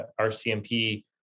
RCMP